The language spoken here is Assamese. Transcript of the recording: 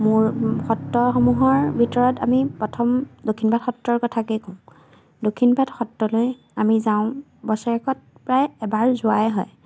মোৰ সত্ৰসমূহৰ ভিতৰত আমি প্ৰথম দক্ষিণ পাট সত্ৰৰ কথাকেই কওঁ দক্ষিণ পাট সত্ৰলৈ আমি যাওঁ বছৰেকত প্ৰায় এবাৰ যোৱাই হয়